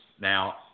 Now